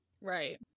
right